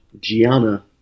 Gianna